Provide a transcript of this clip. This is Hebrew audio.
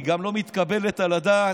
היא גם לא מתקבלת על הדעת.